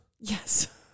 yes